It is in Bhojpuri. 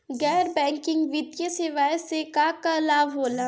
गैर बैंकिंग वित्तीय सेवाएं से का का लाभ होला?